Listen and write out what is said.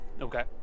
Okay